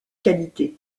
qualité